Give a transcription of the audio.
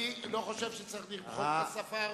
אני לא חושב שצריך למחוק את השפה הערבית,